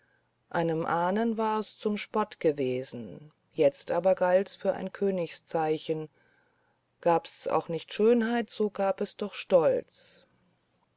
einem ahnen war's zum spott gewesen jetzt aber galt's für ein königszeichen gab's auch nicht schönheit es gab doch stolz